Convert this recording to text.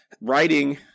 writing